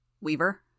Weaver